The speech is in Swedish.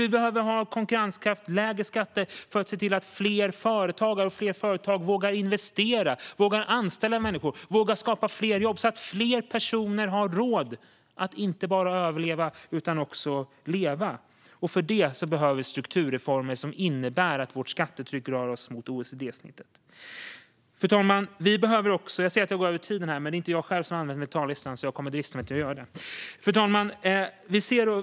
Vi behöver ha konkurrenskraft och lägre skatter för att fler företagare och fler företag ska våga investera, anställa människor och skapa fler jobb så att fler personer får råd att inte bara överleva utan också leva. För det behövs strukturreformer som innebär att vårt skattetryck rör sig mot OECD-snittet. Fru talman! Jag ser att jag kommer att dra över min anmälda talartid, men eftersom det inte är jag själv som har anmält mig till talarlistan kommer jag att drista mig till att göra det. Fru talman!